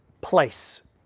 place